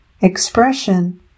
expression